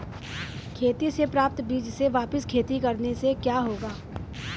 खेती से प्राप्त बीज से वापिस खेती करने से क्या होगा?